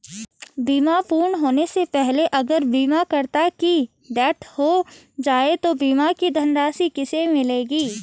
बीमा पूर्ण होने से पहले अगर बीमा करता की डेथ हो जाए तो बीमा की धनराशि किसे मिलेगी?